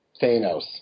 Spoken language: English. Thanos